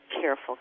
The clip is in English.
careful